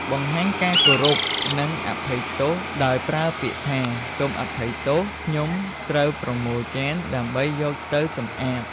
បង្ហាញការគោរពនិងអភ័យទោសដោយប្រើពាក្យថា "សូមអភ័យទោស ខ្ញុំត្រូវប្រមូលចានដើម្បីយកទៅសម្អាត"។